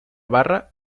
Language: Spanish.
barra